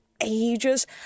Ages